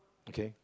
okay